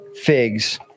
figs